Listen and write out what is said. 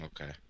Okay